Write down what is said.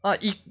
ah eat